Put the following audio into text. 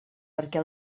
perquè